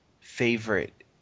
favorite